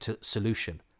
solution